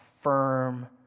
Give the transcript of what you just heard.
firm